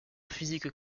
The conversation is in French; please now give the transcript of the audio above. physique